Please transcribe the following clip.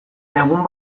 egun